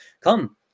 Come